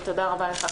ותודה רבה לך,